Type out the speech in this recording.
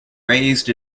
raised